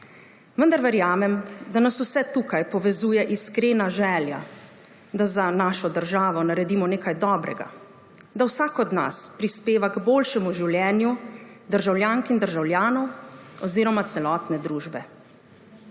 Vendar verjamem, da nas vse tukaj povezuje iskrena želja, da za našo državo naredimo nekaj dobrega, da vsak od nas prispeva k boljšemu življenju državljank in državljanov oziroma celotne družbe.